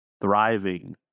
thriving